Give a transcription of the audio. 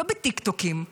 לא בטיקטוקים,